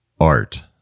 art